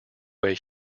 way